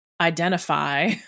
identify